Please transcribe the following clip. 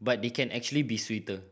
but they can actually be sweeter